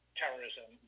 terrorism